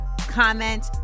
comment